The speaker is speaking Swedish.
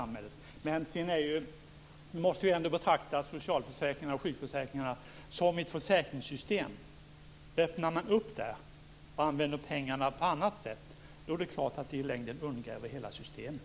Man måste ändå betrakta socialförsäkringarna och sjukförsäkringarna som ett försäkringssystem. Öppnar man för möjligheten att använda pengarna på annat sätt, är det klart att det i längden undergräver hela systemet.